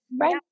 right